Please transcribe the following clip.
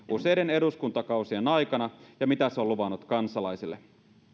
useiden eduskuntakausien aikana ja mitä se on luvannut kansalaisille